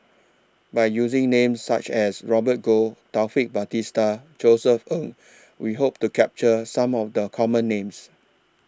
By using Names such as Robert Goh Taufik Batisah Josef Ng We Hope to capture Some of The Common Names